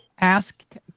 asked